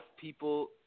people